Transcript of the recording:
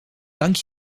dank